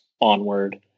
onward